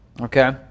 okay